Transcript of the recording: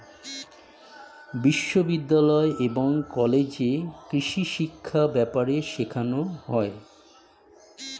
বিশ্ববিদ্যালয় এবং কলেজে কৃষিশিক্ষা ব্যাপারে শেখানো হয়